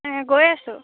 অঁ গৈ আছোঁ